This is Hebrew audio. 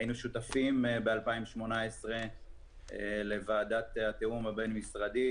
היינו שותפים ב-2018 לוועדת התיאום הבין-משרדית.